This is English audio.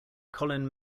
colin